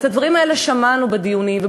אבל את הדברים האלה שמענו בדיונים,